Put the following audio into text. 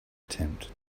attempt